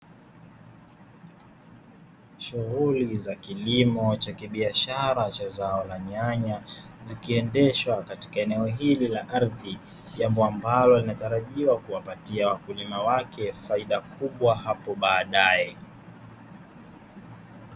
Shughuli za kilimo cha kibiashara cha zao la nyanya zikiendeshwa katika eneo hili la ardhi, jambo ambalo linatarajiwa kuwapatia wakulima wake faida kubwa hapo baadae.